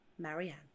Marianne